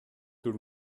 tout